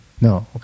No